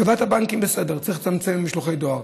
טובת הבנקים, בסדר, צריך לצמצם משלוחי דואר.